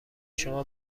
شما